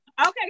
Okay